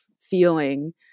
feeling